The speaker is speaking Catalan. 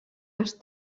els